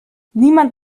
niemand